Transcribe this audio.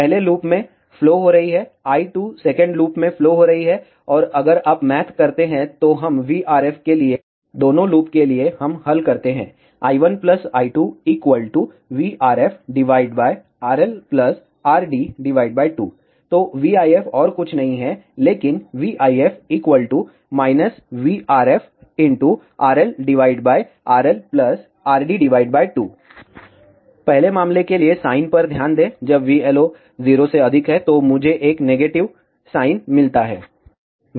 पहले लूपमें फ्लो हो रही है I 2 सेकंड लूप में फ्लो हो रही है और अगर आप मैथ करते हैं तो हम VRF के लिए दोनों लूप के लिए हम हल करते हैं i1i2vRFRLrd2 तो vIF और कुछ नहीं है लेकिन vIF vRFRLRLrd2 पहले मामले के लिए साइन पर ध्यान दें जब vLO 0 से अधिक है तो मुझे एक साइन मिलता है